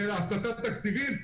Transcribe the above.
זה הסטת תקציבים.